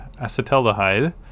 acetaldehyde